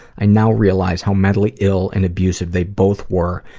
i now realize how mentally ill and abusive they both were